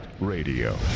Radio